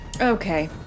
Okay